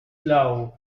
glove